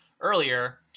earlier